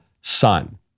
son